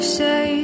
say